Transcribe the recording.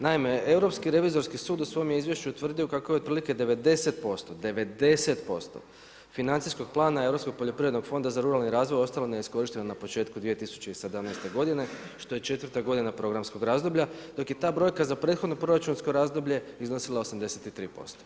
Naime, Europski revizorski sud u svojem je izvješću utvrdio kako je otprilike 90%, 90% financijskog plana Europskog poljoprivrednog fonda za ruralni razvoj ostalo neiskorišteno na početku 2017. godine što je četvrta godina programskog razdoblja, dok je ta brojka za prethodno proračunsko razdoblje iznosila 83%